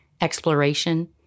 exploration